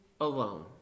alone